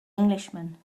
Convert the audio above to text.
englishman